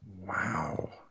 wow